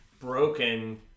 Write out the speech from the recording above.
broken